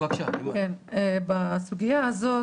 בסוגיה הזאת,